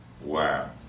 Wow